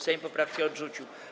Sejm poprawki odrzucił.